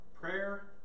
Prayer